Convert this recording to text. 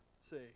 see